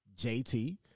JT